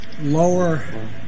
lower